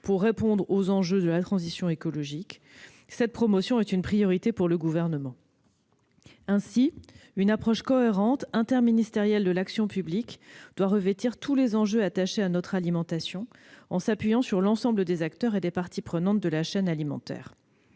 pour répondre aux enjeux de la transition écologique, est une priorité pour le Gouvernement. Ainsi, une approche cohérente et interministérielle de l'action publique doit recouvrir tous les enjeux attachés à notre alimentation, en s'appuyant sur l'ensemble des acteurs et des parties prenantes de la chaîne alimentaire.